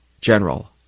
general